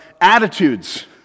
attitudes